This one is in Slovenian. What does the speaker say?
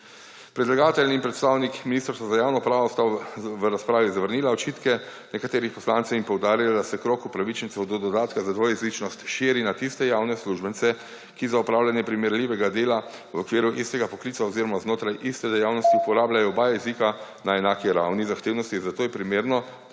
Predlagatelj in predstavnik Ministrstva za javno upravo sta v razpravi zavrnila očitke nekaterih poslancev in poudarila, da se krog upravičencev do dodatka za dvojezičnost širi na tiste javne uslužbence, ki za opravljanje primerljivega dela v okviru istega poklica oziroma znotraj iste dejavnosti uporabljajo oba jezika na enaki ravni zahtevnosti, zato je primerno,